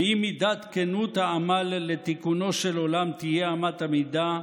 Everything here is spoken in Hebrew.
ואם מידת כנות העמל לתיקונו של עולם תהיה אמת המידה,